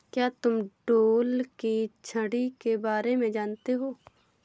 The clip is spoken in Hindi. क्या तुम ढोल की छड़ी के बारे में जानते हो?